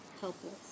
helpless